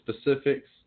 specifics